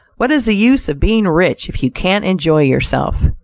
what is the use of being rich, if you can't enjoy yourself?